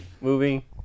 movie